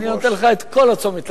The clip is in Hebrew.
אני נותן לך את כל תשומת הלב,